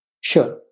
Sure